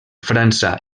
frança